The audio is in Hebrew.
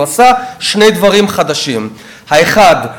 הוא עשה שני דברים חדשים: האחד,